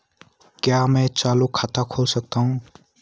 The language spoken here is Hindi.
क्या मैं चालू खाता खोल सकता हूँ?